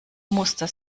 muster